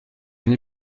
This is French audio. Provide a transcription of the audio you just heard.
n’ai